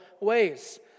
ways